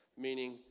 Meaning